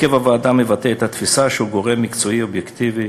הרכב הוועדה מבטא את התפיסה שהיא גורם מקצועי אובייקטיבי